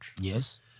Yes